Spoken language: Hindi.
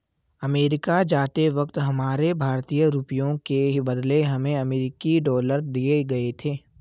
अमेरिका जाते वक्त हमारे भारतीय रुपयों के बदले हमें अमरीकी डॉलर दिए गए थे